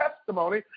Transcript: testimony